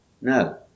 No